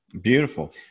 Beautiful